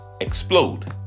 explode